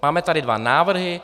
Máme tady dva návrhy.